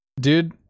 dude